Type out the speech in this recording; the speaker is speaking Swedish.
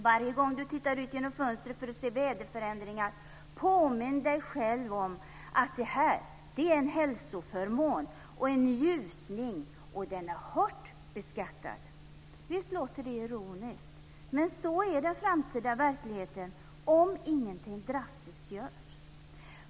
Varje gång du tittar ut genom fönstret för att se väderförändringar, påminn dig själv om att detta är en hälsoförmån och en njutning, och den är hårt beskattad! Visst låter det ironiskt, men så är den framtida verkligheten - om ingenting drastiskt görs.